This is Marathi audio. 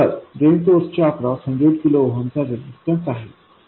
तर ड्रेन सोर्स च्या अक्रॉस 100 किलो ओहम चा रेजिस्टन्स आहे